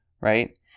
right